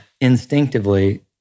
instinctively